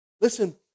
Listen